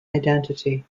identity